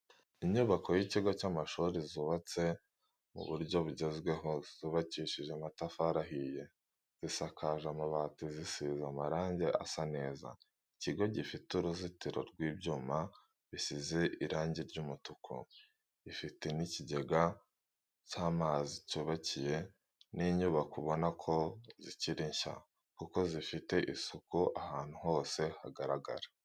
Inyubako y'ikigo cy'amashuri zubatse mu buryo bugezweho zubakishije amatafari ahiye, zisakaje amabati zisize amarange asa neza, ikigo gifite uruzitiro rw'ibyuma bisize irangi ry'umutuku, ifite n'ikigega cy'amazi cyubakiye. ni inyubako ubona ko zikiri nshya kuko zifite isuku ahantu hose hagaragara.